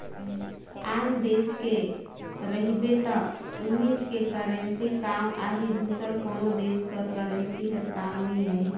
आन देस गे रहिबे त उहींच के करेंसी काम आही दूसर कोनो देस कर करेंसी हर काम नी आए